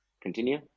continue